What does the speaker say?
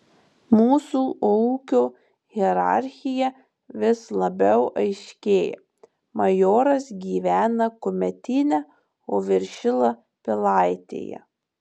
mūsų ūkio hierarchija vis labiau aiškėja majoras gyvena kumetyne o viršila pilaitėje